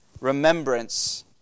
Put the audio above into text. remembrance